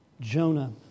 Jonah